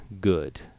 good